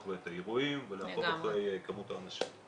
ואת האירועים ולעקוב אחרי כמות האנשים.